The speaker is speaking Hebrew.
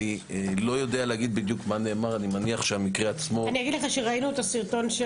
אני לא יודע להגיד בדיוק מה נאמר -- ראינו את הסרטון של